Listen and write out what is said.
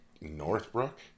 Northbrook